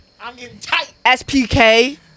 SPK